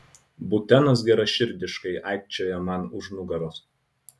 butenas geraširdiškai aikčioja man už nugaros